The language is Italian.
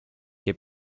che